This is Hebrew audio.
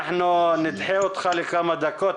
אנחנו נדחה אותך לכמה דקות,